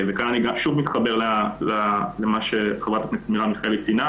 וכאן אני שוב מתחבר למה שחברת הכנסת מרב מיכאלי ציינה